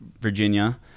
virginia